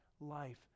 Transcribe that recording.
life